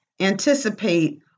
anticipate